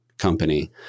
company